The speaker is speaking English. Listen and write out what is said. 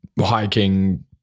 hiking